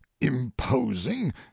imposing